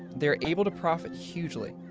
they're able to profit hugely,